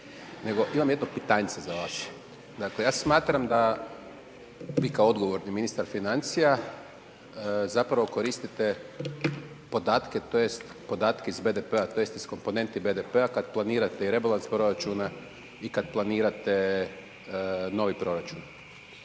nego imam jedno pitanjce za vas. Dakle, ja smatram vi kao odgovorni ministar financija zapravo koristite podatke tj. podatke iz BDP-a, tj. iz komponenti BDP-a kad planirate i rebalans proračuna i kad planirate novi proračun.